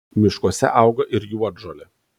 miškuose auga ir juodžolė